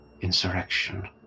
insurrection